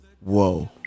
Whoa